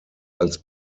als